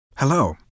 Hello